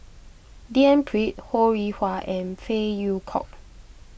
D N Pritt Ho Rih Hwa and Phey Yew Kok